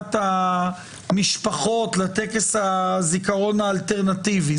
כניסת המשפחות לטקס הזיכרון האלטרנטיבי.